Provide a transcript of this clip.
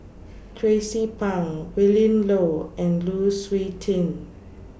Tracie Pang Willin Low and Lu Suitin